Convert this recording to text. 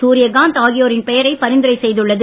சூர்யகாந்த் ஆகியோரின் பெயரை பரிந்துரை செய்துள்ளது